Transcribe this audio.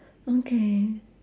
okay